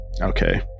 Okay